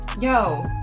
Yo